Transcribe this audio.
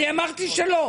אני אמרתי שלא.